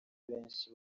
benshi